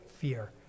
fear